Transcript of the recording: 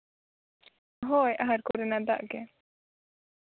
ᱦᱳᱭ ᱟᱦᱟᱨ ᱠᱚᱨᱮᱱᱟᱜ ᱫᱟᱜ ᱜᱮ